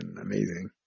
amazing